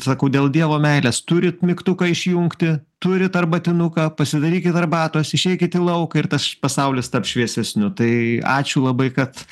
sakau dėl dievo meilės turit mygtuką išjungti turit arbatinuką pasidarykit arbatos išeikit į lauką ir tas pasaulis taps šviesesniu tai ačiū labai kad